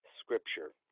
Scripture